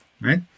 right